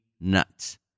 nuts